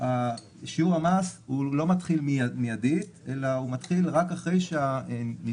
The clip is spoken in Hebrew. שיעור המס לא מתחיל מיידית אלא הוא מתחיל רק אחרי שהנישומים,